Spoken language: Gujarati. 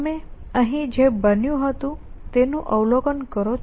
તમે અહીં જે બન્યું હતું તેનું અવલોકન કરો છો